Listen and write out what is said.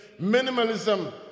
Minimalism